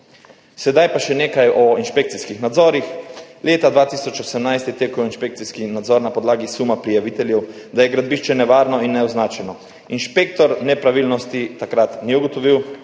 Sedaj pa še nekaj o inšpekcijskih nadzorih. Leta 2018 je tekel inšpekcijski nadzor na podlagi suma prijaviteljev, da je gradbišče nevarno in neoznačeno. Inšpektor nepravilnosti takrat ni ugotovil.